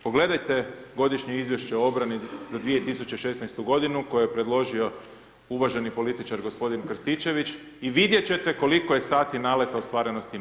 Pogledajte godišnje Izvješće o obrani za 2016. godinu koje je predložio uvaženi političar gospodin Krstičević i vidjet ćete koliko je sati naleta ostvareno s tim avionima.